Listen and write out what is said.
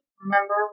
remember